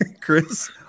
Chris